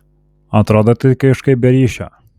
atrodo tai kažkaip be ryšio